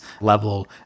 level